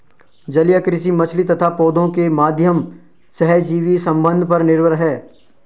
जलीय कृषि मछली तथा पौधों के माध्यम सहजीवी संबंध पर निर्भर है